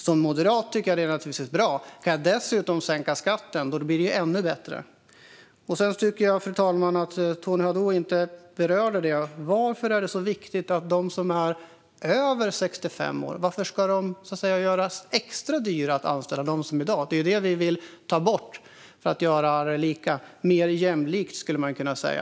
Som moderat tycker jag naturligtvis att det är bra, och kan jag dessutom sänka skatten blir det ännu bättre. Sedan, fru talman, tycker jag inte att Tony Haddou berörde varför det är så viktigt att de som är över 65 år ska vara extra dyra att anställa, som i dag. Det är det vi vill ta bort. Vi vill göra det mer jämlikt, skulle man kunna säga.